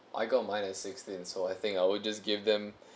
I got mine at sixteen so I think I will just give them